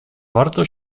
warto